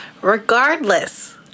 regardless